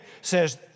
says